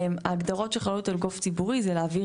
ההגדרות שחלות על גוף ציבורי זה להעביר